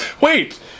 wait